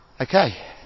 Okay